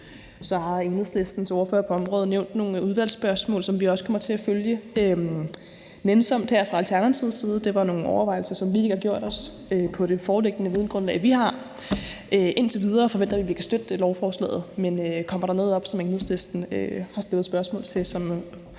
til. Enhedslistens ordfører på området har nævnt nogle udvalgsspørgsmål, som vi også kommer til at følge nænsomt her fra Alternativets side. Det var nogle overvejelser, som vi ikke har gjort os på det foreliggende videngrundlag, vi har. Indtil videre forventer vi, at vi kan støtte borgerforslaget, men kommer der noget op, som Enhedslisten har stillet spørgsmål om,